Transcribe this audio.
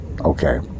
okay